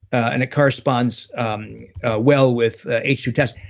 and it corresponds well with h two testing.